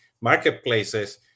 marketplaces